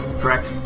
Correct